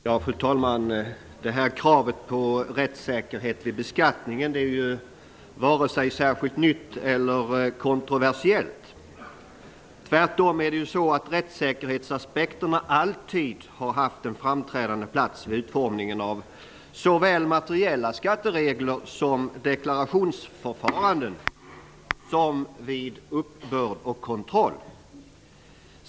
Fru talman! Kravet på rättssäkerhet vid beskattningen är varken särskilt nytt eller kontroversiellt -- tvärtom. Rättssäkerhetsaspekterna har alltid haft en framträdande plats vid utformningen såväl av materiella skatteregler och deklarationsförfaranden som vid uppbörd och kontroll.